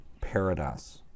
paradise